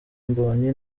mbonyi